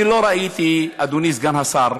אני לא ראיתי, אדוני סגן השר,